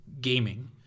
gaming